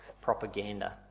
propaganda